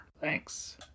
Thanks